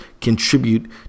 contribute